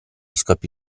scoppi